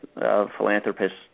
philanthropists